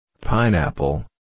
pineapple